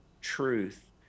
truth